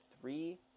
three